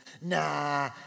Nah